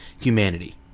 humanity